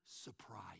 surprise